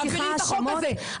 העבירי את החוק הזה.